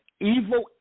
evil